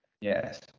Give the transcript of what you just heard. Yes